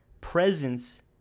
presence